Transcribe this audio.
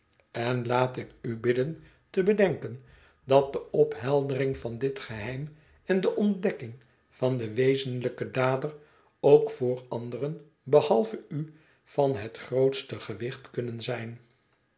en laat ik u bidden te bedenken dat de opheldering van dit geheim en de ontdekking van den wezenlijken dader ook voor anderen behalve u van het grootste gewicht kunnen zijn